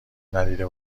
ندیده